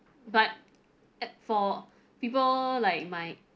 but at for people like my